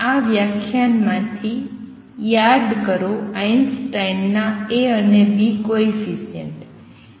આ વ્યાખ્યાનમાંથી યાદ કરો આઈન્સ્ટાઈનના A અને B કોએફિસિએંટ